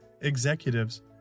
executives